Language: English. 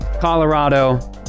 Colorado